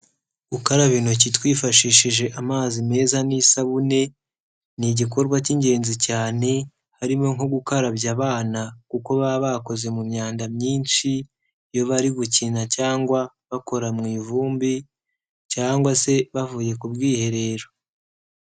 Gukaraba intoki twifashishije amazi meza n'isabune ni igikorwa cy'ingenzi cyane, harimo nko gukarabya abana, kuko baba bakoze mu myanda myinshi iyo bari gukina cyangwa bakora mu ivumbi cyangwa se bavuye ku bwiherero.